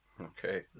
Okay